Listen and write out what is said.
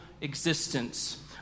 existence